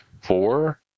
four